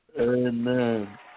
Amen